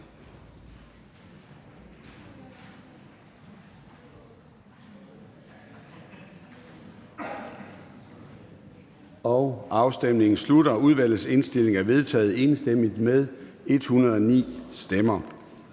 Afstemningen slutter. Udvalgets indstilling er enstemmigt vedtaget med 109 stemmer.